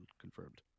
confirmed